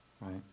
right